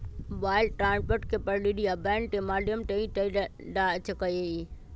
wire transfer के प्रक्रिया bank के माध्यम से ही कइल जा सका हई